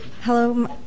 Hello